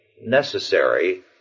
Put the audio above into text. necessary